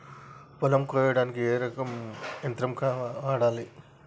పొలం కొయ్యడానికి ఏ రకం యంత్రం వాడాలి?